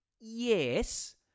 yes